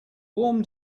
warm